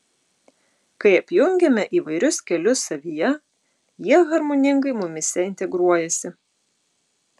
kai apjungiame įvairius kelius savyje jie harmoningai mumyse integruojasi